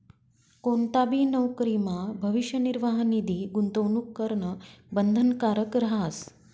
कोणताबी नवकरीमा भविष्य निर्वाह निधी गूंतवणूक करणं बंधनकारक रहास